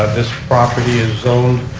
this property is sowned.